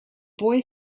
boy